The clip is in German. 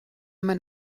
mein